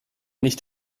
nicht